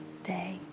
day